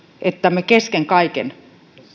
jos me kesken kaiken